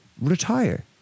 retire